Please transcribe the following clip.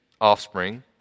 Offspring